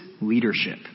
leadership